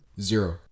Zero